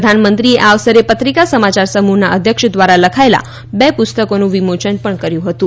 પ્રધાનમંત્રી એ આ અવસરે પત્રિકા સમાચાર સમૂહનાં અધ્યક્ષ દ્રારા લખાયેલા બે પુસ્તકોનું વિમોચન પણ કયુઁ હતું